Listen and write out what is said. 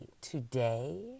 today